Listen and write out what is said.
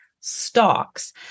stocks